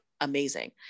amazing